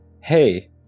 hey